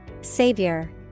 Savior